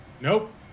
Nope